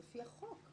לפי החוק.